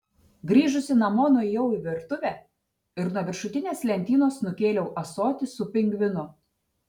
grįžusi namo nuėjau į virtuvę ir nuo viršutinės lentynos nukėliau ąsotį su pingvinu